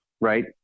right